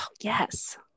yes